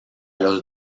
los